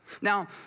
Now